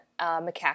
macaque